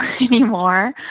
anymore